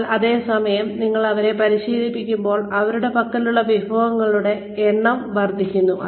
എന്നാൽ അതേ സമയം ഞങ്ങൾ അവരെ പരിശീലിപ്പിക്കുമ്പോൾ അവരുടെ പക്കലുള്ള വിഭവങ്ങളുടെ എണ്ണം വർദ്ധിക്കുന്നു